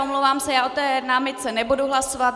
Omlouvám se, já o té námitce nebudu hlasovat.